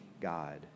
God